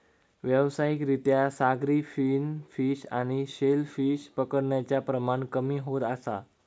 व्यावसायिक रित्या सागरी फिन फिश आणि शेल फिश पकडण्याचा प्रमाण कमी होत असा